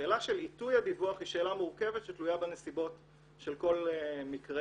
השאלה של עיתוי הדיווח היא שאלה מורכבת שתלויה בנסיבות של כל מקרה.